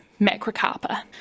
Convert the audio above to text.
macrocarpa